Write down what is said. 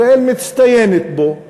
ישראל מצטיינת בו,